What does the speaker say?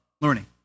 learning